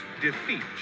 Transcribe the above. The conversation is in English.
defeat